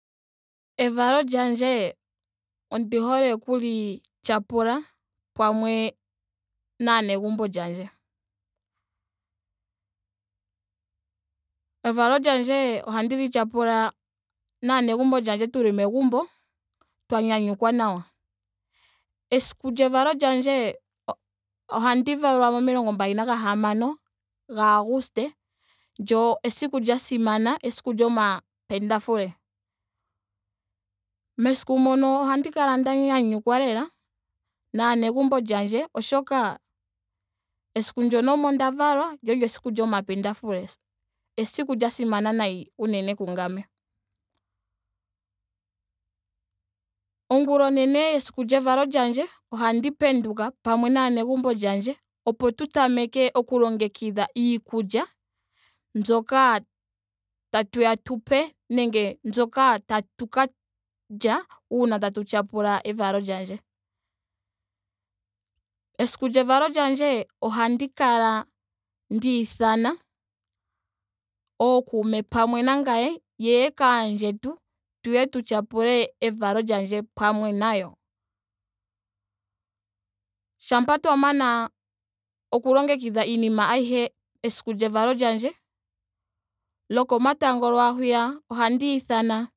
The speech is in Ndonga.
Evalo lyandje ondi hole okuli tyapula pamwe naanegumbo lyandje. Evalo lyandje ohandi li tyapula naanegumbo lyandje tuli megumbo twa nyanyukwa nawa. Esiku lyevalo lyandje ohandi valwa momilongo mbali nagahamano ga auguste lyo esiku lya simana. esiku lyomapendafule. Mesiku moka ohandi kala nda nyanyukwa lela naanegumbo lyandje oshoka esiku moka omo nda valwa lyo olyo esiku lyomapendafule. Esiku lya simana unene kungame. Ongula onene yesiku lyevalo lyandje ohandi penduka pamwe naanegumbo lyandje opo tu tameke oku longekidha iikulya mbyoka tatu ya tupe nenge mbyoka tatu ka lya uuna tatu tyapula evalo lyandje esiku lyevalo lyandje ohandi kala nda ithana ookuume pamwe nangame yeye kaandjetu tuye tu tyapule evalo lyandje pamwe nayo. Shampa twa mana oku longekidha iinima ayihe esiku lyevalo lyandje. lokomatango lwaahwiya ohandi ithana